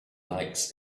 lights